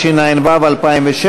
פשוט יסתכל באתרי האינטרנט